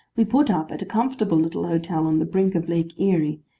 we put up at a comfortable little hotel on the brink of lake erie,